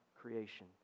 creation